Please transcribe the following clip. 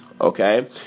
Okay